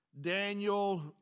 Daniel